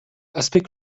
aspect